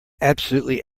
absolutely